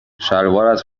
شلوارت